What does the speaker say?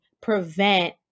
prevent